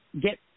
get